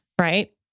Right